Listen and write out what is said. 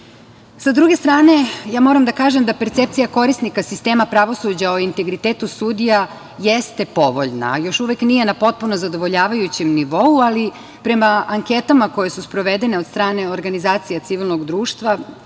druge strane, moram da kažem da percepcija korisnika sistema pravosuđa o integritetu sudija jeste povoljna ali još uvek nije na potpuno zadovoljavajućem nivou, ali prema anketama koje su sprovedene od strane organizacije civilnog društva,